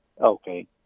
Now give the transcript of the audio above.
Okay